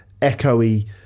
echoey